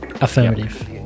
Affirmative